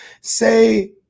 say